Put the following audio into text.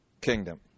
kingdom